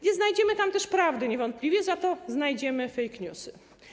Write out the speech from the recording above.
Nie znajdziemy tam też prawdy niewątpliwie, za to znajdziemy fake newsy.